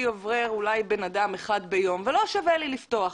עובר אולי בן אדם אחד ביום ולא שווה לי לפתוח.